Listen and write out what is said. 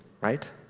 right